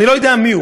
אני לא יודע מיהו,